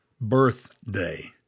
Birthday